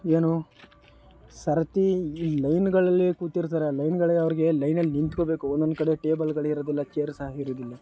ಏನು ಸರತಿ ಈ ಲೈನ್ಗಳಲ್ಲಿ ಕೂತಿರ್ತಾರೆ ಆ ಲೈನ್ಗಳೇ ಅವ್ರಿಗೆ ಲೈನಲ್ಲಿ ನಿಂತ್ಕೊಳ್ಬೇಕು ಒಂದೊಂದು ಕಡೆ ಟೇಬಲ್ಗಳಿರೋದಿಲ್ಲ ಚೇರ್ ಸಹ ಇರುವುದಿಲ್ಲ